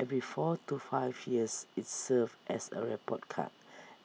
every four to five years IT serves as A report card